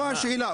פה השאלה,